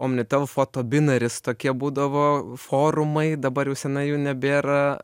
omnitel fotobinaris tokie būdavo forumai dabar jau senai jų nebėra